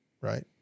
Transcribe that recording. Right